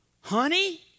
Honey